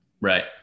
Right